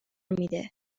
میده